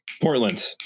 Portland